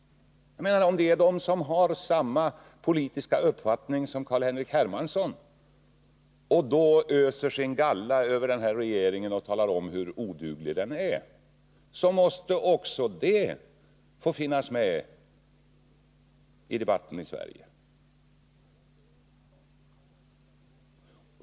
Om de som har samma politiska uppfattning som herr Hermansson öser sin galla över den här regeringen och talar om hur syn på vissa uttalanden av företagens intresseorga oduglig den är, så måste också det få finnas med i debatten i Sverige.